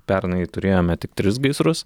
pernai turėjome tik tris gaisrus